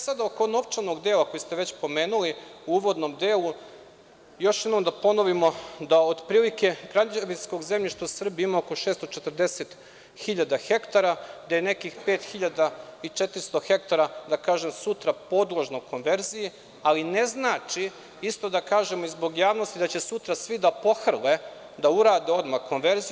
Sada oko novčanog dela koji ste već pomenuli u uvodnom delu još jednom da ponovimo da otprilike građevinskog zemljišta u Srbiji ima oko 640.000 hektara, da je nekih 5.400 hektara, da tako kažem, sutra podložno konverziji, ali to ne znači, isto da kažem zbog javnosti, da će sutra svi da pohrle da urade odmah konverziju.